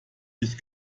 mich